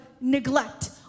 neglect